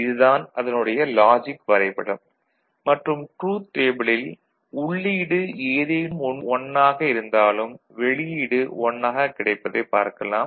இது தான் அதனுடைய லாஜிக் வரைபடம் மற்றும் ட்ரூத் டேபிளில் உள்ளீடு ஏதேனும் ஒன்று 1 ஆக இருந்தாலும் வெளியீடு 1 ஆக கிடைப்பதைப் பார்க்கலாம்